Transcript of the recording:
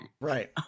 Right